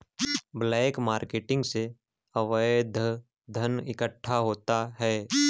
black marketing से अवैध धन इकट्ठा होता है